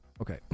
Okay